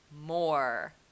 more